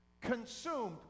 consumed